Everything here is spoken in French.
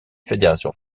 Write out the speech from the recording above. fédération